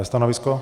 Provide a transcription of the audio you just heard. Stanovisko?